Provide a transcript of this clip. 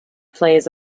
plays